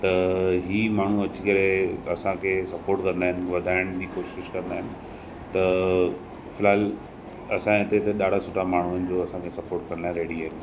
त इहे माण्हू अची करे असांखे सपोट कंदा आहिनि वधाइण जी कोशिशि कंदा आहिनि त फ़िलहालु असांजे हिते त ॾाढा सुठा माण्हू आहिनि जो असांखे सपोट करण लाइ रेडी आहिनि